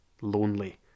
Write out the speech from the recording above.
lonely